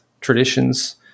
traditions